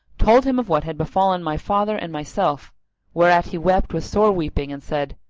told him of what had befallen my father and myself whereat he wept with sore weeping and said,